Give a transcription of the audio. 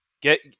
Get